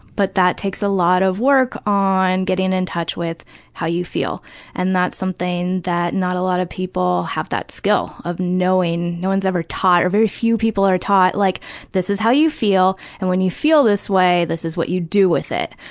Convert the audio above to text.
but, that takes a lot of work on getting in touch with how you feel and that's something that not a lot of people have that skill, of knowing, no one's ever taught, or very few people are taught, like this is how you feel and when you feel this way, this is what you do with it.